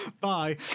bye